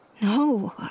No